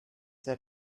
that